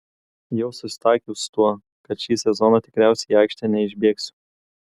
jau susitaikiau su tuo kad šį sezoną tikriausiai į aikštę neišbėgsiu